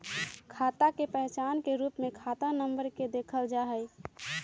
खाता के पहचान के रूप में खाता नम्बर के देखल जा हई